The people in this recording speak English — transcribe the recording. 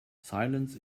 silence